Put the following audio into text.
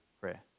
prayer